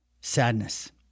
sadness